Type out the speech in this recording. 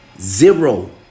zero